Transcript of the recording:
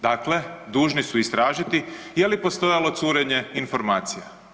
Dakle, dužni su istražiti je li postojalo curenje informacija.